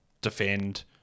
defend